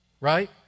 right